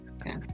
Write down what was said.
Okay